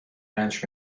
رنج